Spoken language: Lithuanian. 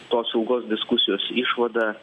tos saugos diskusijos išvada